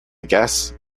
guess